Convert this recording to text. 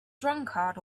drunkard